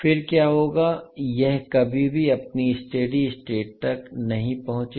फिर क्या होगा यह कभी भी अपनी स्टेडी स्टेट तक नहीं पहुंचेगा